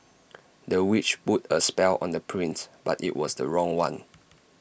the witch put A spell on the prince but IT was the wrong one